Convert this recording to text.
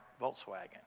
Volkswagen